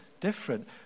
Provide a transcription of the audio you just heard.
different